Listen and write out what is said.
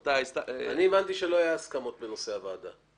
אני הבנתי שלא היו הסכמות בנושא הוועדה.